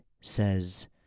says